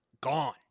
Gone